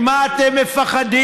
ממה אתם מפחדים?